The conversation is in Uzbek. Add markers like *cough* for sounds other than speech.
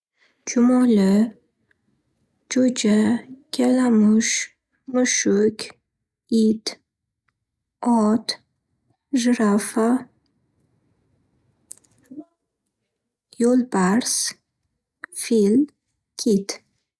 Chumoli, jo'ja, kalamush, mushuk, it, ot, jirafa, *noise* yo'lbars, fil, kit.